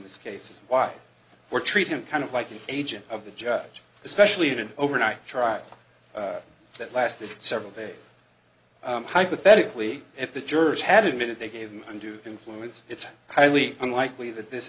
this case why or treat him kind of like an agent of the judge especially in an overnight trial that lasted several days hypothetically if the jurors had admitted they gave him undue influence it's highly unlikely that this